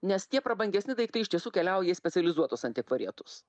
nes tie prabangesni daiktai iš tiesų keliauja į specializuotus antikvariatus